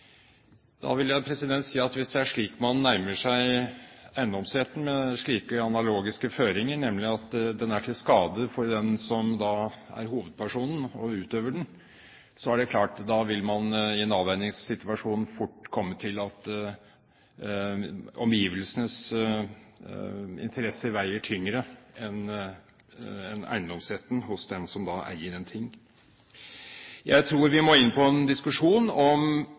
Da vil jeg si at hvis det er med slike analogiske føringer man nærmer seg eiendomsretten, nemlig at den er til skade for den som er hovedpersonen og utøver den, er det klart at da vil man i en avveiningssituasjon fort komme til at omgivelsenes interesser veier tyngre enn eiendomsretten hos den som da eier en ting. Jeg tror vi må inn på en diskusjon om